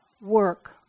work